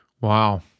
Wow